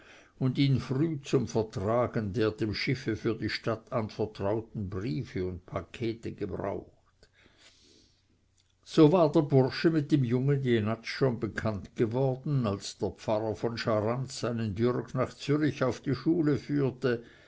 und ihn früh zum vertragen der dem schiffe für die stadt anvertrauten briefe und pakete gebraucht so war der bursche mit dem jungen jenatsch schon bekannt geworden als der pfarrer von scharans seinen jürg nach zürich auf die schule führte